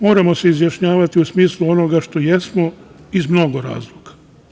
Moramo se izjašnjavati u smislu onoga što jesmo iz mnogo razloga.